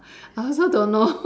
I also don't know